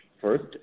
first